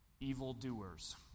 evildoers